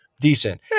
Decent